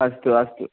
अस्तु अस्तु